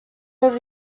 every